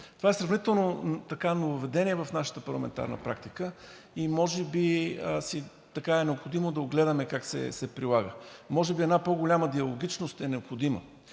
Това е сравнително нововъведение в нашата парламентарна практика и може би така е необходимо да огледаме как се прилага. Може би една по-голяма диалогичност е необходима,